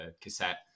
cassette